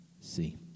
see